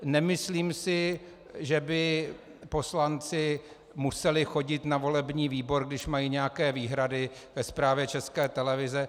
Nemyslím si, že by poslanci museli chodit na volební výbor, když mají nějaké výhrady ke zprávě České televize.